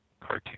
cartoon